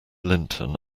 linton